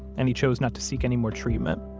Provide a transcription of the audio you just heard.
and he chose not to seek any more treatment